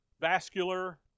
vascular